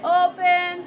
open